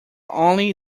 only